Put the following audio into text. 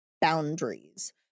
boundaries